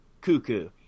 cuckoo